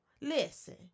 listen